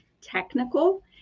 technical